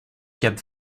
cap